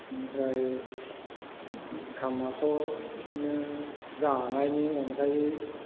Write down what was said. बिनिफ्राय इनकामाथ' बिदिनो जानायनि अनगायै